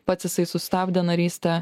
pats jisai sustabdė narystę